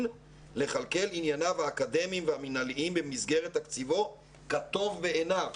לכלכל ענייניו האקדמיים והמינהליים במסגרת תקציבו כטוב בעיניו.